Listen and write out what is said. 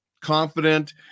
confident